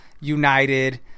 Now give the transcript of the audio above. United